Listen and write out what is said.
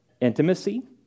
Intimacy